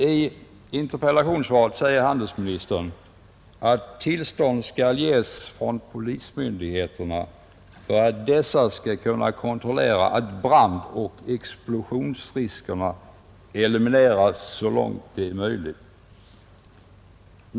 I interpellationssvaret säger handelsministern att tillstånd skall ges från polismyndigheterna för att dessa skall kunna kontrollera att brandoch explosionsriskerna elimineras så långt det är möjligt.